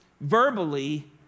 verbally